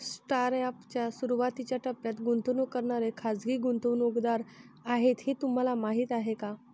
Startup च्या सुरुवातीच्या टप्प्यात गुंतवणूक करणारे खाजगी गुंतवणूकदार आहेत हे तुम्हाला माहीत आहे का?